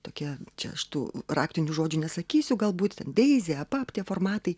tokia čia aš tų raktinių žodžių nesakysiu galbūt dezi apap tie formatai